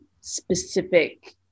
specific